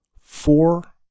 Four